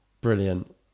Brilliant